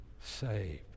saved